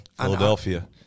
Philadelphia